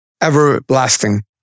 everlasting